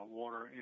water